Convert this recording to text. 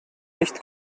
nicht